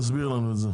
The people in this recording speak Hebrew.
תסביר לנו את זה.